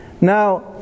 Now